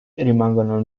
rimangono